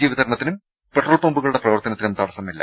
G വിതരണത്തിനും petrol പമ്പുകളുടെ പ്രവർത്തനത്തിനും തടസ്സമില്ല